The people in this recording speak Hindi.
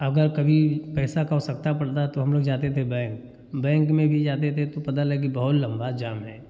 अगर कभी पैसा का आवश्यकता पड़ता तो हम लोग जाते थे बैंक बैंक में भी जाते थे तो पता लगे बहुत लंबा जाम है